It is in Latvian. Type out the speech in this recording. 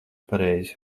pareizi